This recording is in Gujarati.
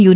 યુ